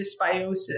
dysbiosis